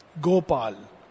Gopal